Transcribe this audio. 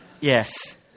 Yes